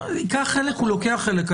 הוא לוקח חלק.